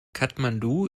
kathmandu